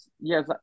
yes